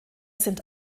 sind